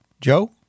Joe